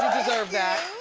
deserve that.